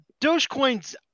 Dogecoins